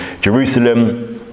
Jerusalem